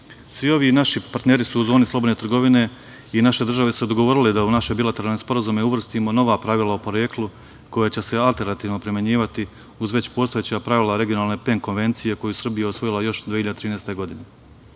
ovi naši partneri su u zoni slobodne trgovine i naše države su se dogovorile da u naše bilateralne sporazume uvrstimo nova pravila o poreklu koje će se alternativno primenjivati uz već postojeća pravila regionalne PEN konvencije koju Srbija osvojila 2013. godine.